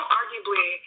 arguably